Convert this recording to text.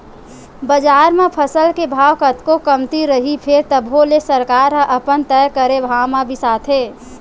बजार म फसल के भाव कतको कमती रइही फेर तभो ले सरकार ह अपन तय करे भाव म बिसाथे